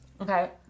Okay